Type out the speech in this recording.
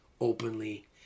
openly